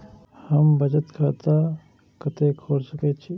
हम बचत खाता कते खोल सके छी?